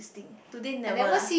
today never lah